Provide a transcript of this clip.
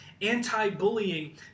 anti-bullying